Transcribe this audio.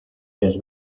les